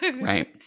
Right